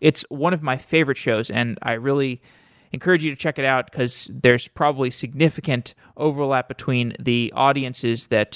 it's one of my favorite shows and i really encourage you to check it out, because there is probably significant overlap between the audiences that